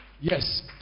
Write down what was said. yes